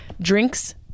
drinks